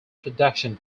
production